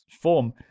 form